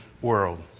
world